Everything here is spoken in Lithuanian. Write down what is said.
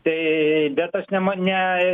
tai bet aš ne ma ne